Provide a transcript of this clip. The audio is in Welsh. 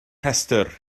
rhestr